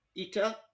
Ita